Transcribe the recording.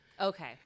Okay